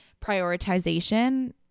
prioritization